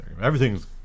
Everything's